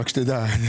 רק שתדע.